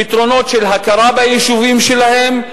פתרונות של הכרה ביישובים שלהם,